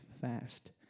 fast